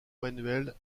manuelle